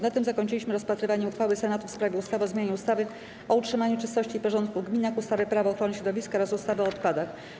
Na tym zakończyliśmy rozpatrywanie uchwały Senatu w sprawie ustawy o zmianie ustawy o utrzymaniu czystości i porządku w gminach, ustawy - Prawo ochrony środowiska oraz ustawy o odpadach.